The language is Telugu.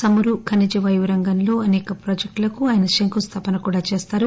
చమురు ఖనిజవాయువు రంగంలో అసేక ప్రాజెక్టులకు ఆయన శంకుస్థాపన కూడా చేస్తారు